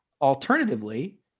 alternatively